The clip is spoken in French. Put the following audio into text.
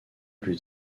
plus